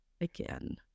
Again